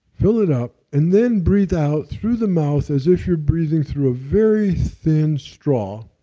fill it up and then breathe out through the mouth as if you're breathing through a very thin straw,